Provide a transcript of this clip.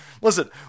Listen